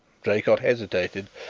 draycott hesitated.